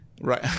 right